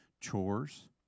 chores